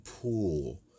pool